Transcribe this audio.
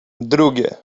drugie